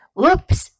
Whoops